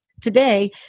today